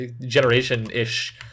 generation-ish